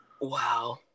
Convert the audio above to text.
Wow